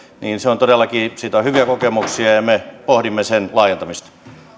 on todellakin hyviä kokemuksia ja me pohdimme sen laajentamista nyt